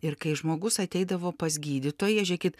ir kai žmogus ateidavo pas gydytoją žiūrėkit